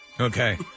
Okay